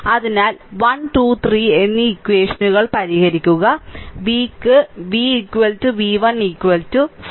അതിനാൽ 1 2 3 എന്നീ ഇക്വഷനുകൾ പരിഹരിക്കുക v ന് v v1 4